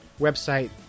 website